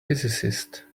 physicist